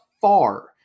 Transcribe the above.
far